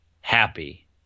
happy